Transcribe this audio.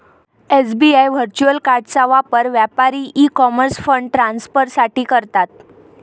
SBI virtual कार्डचा वापर व्यापारी ई कॉमर्स फंड ट्रान्सफर साठी करतात